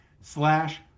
slash